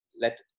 let